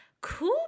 cool